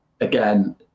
again